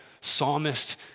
psalmist